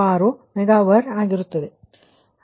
46 megawatt ಆಗಿರುತ್ತದೆ